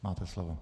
Máte slovo.